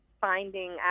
finding